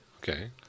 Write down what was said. Okay